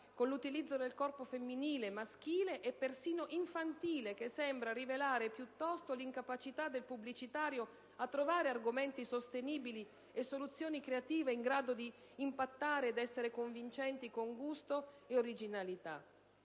con l'utilizzo del corpo femminile, maschile e persino infantile che sembra rivelare piuttosto l'incapacità del pubblicitario a trovare argomenti sostenibili e soluzioni creative in grado di impattare ed essere convincenti con gusto e originalità.